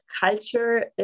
culture